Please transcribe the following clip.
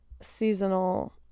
seasonal